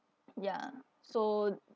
ya so